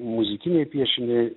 muzikiniai piešiniai